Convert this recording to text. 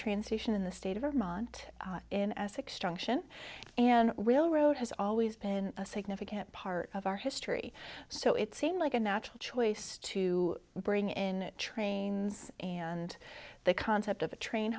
station in the state of vermont in essex junction and railroad has always been a significant part of our history so it seemed like a natural choice to bring in trains and the concept of a train